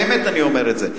באמת אני אומר את זה.